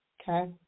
Okay